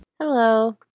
Hello